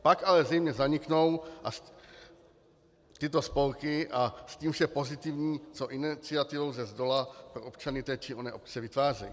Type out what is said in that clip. Pak ale zřejmě zaniknou tyto spolky a s tím vše pozitivní, co iniciativou zdola pro občany té či oné obce vytvářejí.